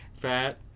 Fat